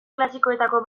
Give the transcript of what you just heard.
klasikoetako